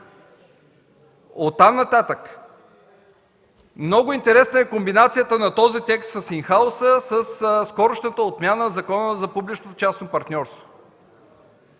Оттам нататък, много интересна е комбинацията на този текст с „ин хаус”-а със скорошната отмяна на Закона за публично частното партньорство.